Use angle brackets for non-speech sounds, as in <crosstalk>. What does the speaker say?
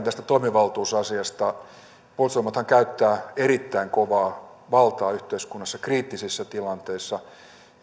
<unintelligible> tästä toimivaltuusasiasta puolustusvoimathan käyttää erittäin kovaa valtaa yhteiskunnassa kriittisissä tilanteissa